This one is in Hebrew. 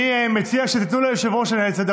אני רואה לפי התור.